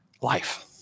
life